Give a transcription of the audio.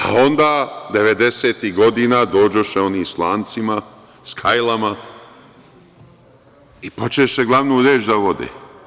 A, onda 90-ih godina dođoše oni sa lancima, sa kajlama i počeše glavnu reč da vode.